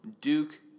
Duke